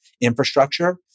infrastructure